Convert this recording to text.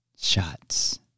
shots